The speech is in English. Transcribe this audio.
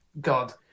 God